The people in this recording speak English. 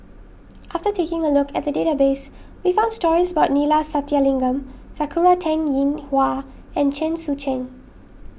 after taking a look at the database we found stories about Neila Sathyalingam Sakura Teng Ying Hua and Chen Sucheng